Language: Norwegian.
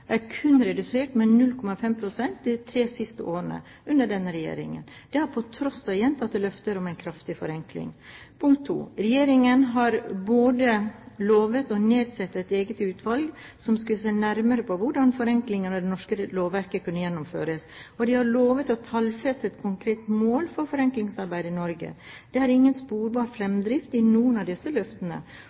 er kun redusert med 0,5 pst. de tre siste årene – under denne regjeringen. Det er på tross av gjentatte løfter om en kraftig forenkling. Regjeringen har lovet både å nedsette et eget utvalg som skal se nærmere på hvordan forenklingen av det norske lovverket kan gjennomføres, og å tallfeste et konkret mål for forenklingsarbeidet i Norge. Det er ingen sporbar fremdrift i noen av disse løftene.